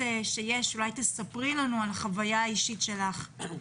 שיש תספרי לנו על החוויה האישית שלך.